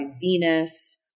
Venus